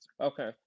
Okay